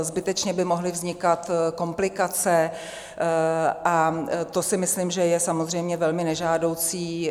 Zbytečně by mohly vznikat komplikace a to si myslím, že je samozřejmě velmi nežádoucí.